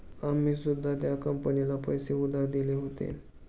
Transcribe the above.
आम्ही सुद्धा त्या कंपनीला पैसे उधार दिले होते